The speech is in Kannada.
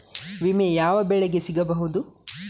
ವಿಮೆ ಯಾವ ಬೆಳೆಗೆ ಸಿಗಬಹುದು?